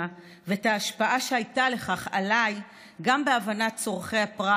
ואת ההשפעה שהייתה לכך עליי גם בהבנת צורכי הפרט